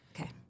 Okay